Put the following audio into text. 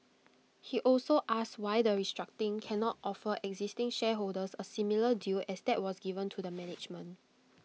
he also asked why the restructuring cannot offer existing shareholders A similar deal as that was given to the management